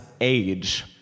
age